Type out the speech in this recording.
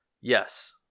Yes